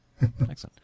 Excellent